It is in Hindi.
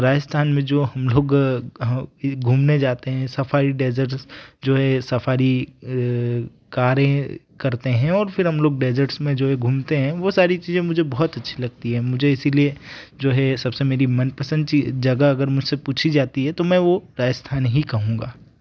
राजस्थान में जो हम लोग घूमने जाते हैं सफाई डेजर्ट जो है सफारी कारें करते हैं और फिर हम लोग डेज़र्ट्स में जो है घूमते हैं वो सारी चीजें मुझे बहुत अच्छी लगती है मुझे इसलिए जो है सबसे मेरी मन पसंद चीज जगह अगर मुझसे पूछी जाती है तो मैं वो राजस्थान ही कहूँगा